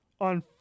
on